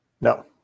No